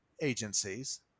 agencies